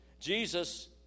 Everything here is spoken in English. Jesus